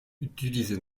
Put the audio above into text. utilisé